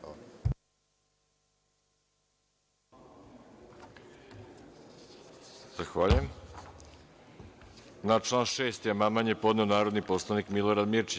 Na član 6. amandman je podneo narodni poslanik Milorad Mirčić.